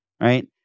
Right